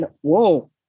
Whoa